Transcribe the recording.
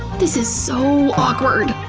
this is so awkward.